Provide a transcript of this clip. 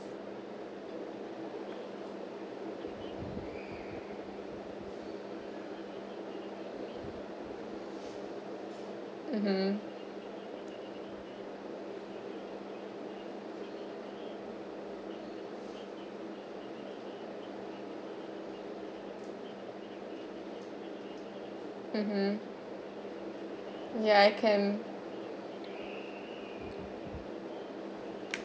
mmhmm mmhmm ya I can